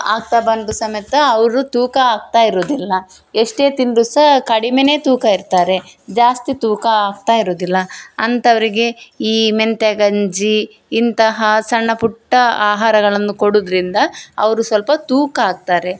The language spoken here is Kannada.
ಆಗ್ತಾ ಬಂದು ಸಮೇತ ಅವರು ತೂಕ ಆಗ್ತಾಯಿರೋದಿಲ್ಲ ಎಷ್ಟೆ ತಿಂದರು ಸಹ ಕಡಿಮೆನೆ ತೂಕ ಇರ್ತಾರೆ ಜಾಸ್ತಿ ತೂಕ ಆಗ್ತಾಯಿರೋದಿಲ್ಲ ಅಂತವರಿಗೆ ಈ ಮೆಂತ್ಯ ಗಂಜಿ ಇಂತಹ ಸಣ್ಣ ಪುಟ್ಟ ಆಹಾರಗಳನ್ನು ಕೊಡೋದ್ರಿಂದ ಅವರು ಸ್ವಲ್ಪ ತೂಕ ಆಗ್ತಾರೆ